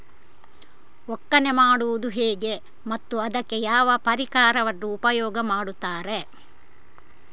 ಒಕ್ಕಣೆ ಮಾಡುವುದು ಹೇಗೆ ಮತ್ತು ಅದಕ್ಕೆ ಯಾವ ಪರಿಕರವನ್ನು ಉಪಯೋಗ ಮಾಡುತ್ತಾರೆ?